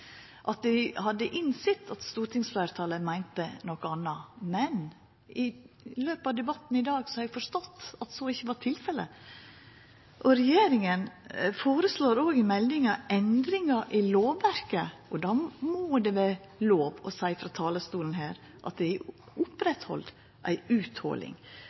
at ein hadde innsett at stortingsfleirtalet meinte noko anna, men i løpet av debatten i dag har eg forstått at så ikkje var tilfellet. Regjeringa føreslår òg i meldinga endringar i lovverket, og då må det frå talarstolen vera lov til å seia at dei opprettheld ei utholing, f.eks. det